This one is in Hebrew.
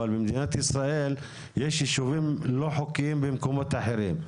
אבל במדינת ישראל יש יישובים לא חוקיים במקומות אחרים,